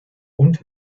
und